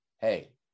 hey